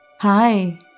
hi